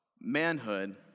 manhood